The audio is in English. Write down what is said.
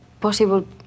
possible